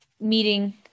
meeting